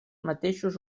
mateixos